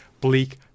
bleak